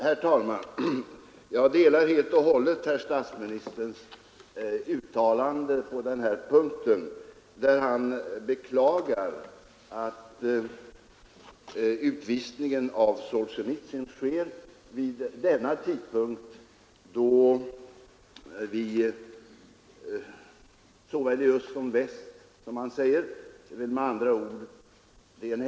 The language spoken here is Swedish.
Herr talman! Jag delar helt och hållet herr statsministerns uppfattning när han beklagar att utvisningen av Solzjenitsyn sker vid en tidpunkt ”då såväl öst som väst strävar efter avspänning”, för att använda statsministerns eget uttryck.